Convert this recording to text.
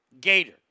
Gator